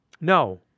no